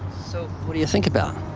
so, what do you think about?